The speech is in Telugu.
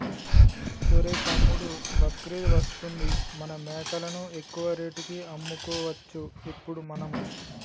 ఒరేయ్ తమ్ముడు బక్రీద్ వస్తుంది మన మేకలను ఎక్కువ రేటుకి అమ్ముకోవచ్చు ఇప్పుడు మనము